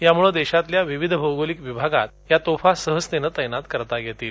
यामुळे देशातल्या विविध भौगोलिक विभागात या तोफा सहजतेने तैनात करता येतील